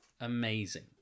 amazing